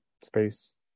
space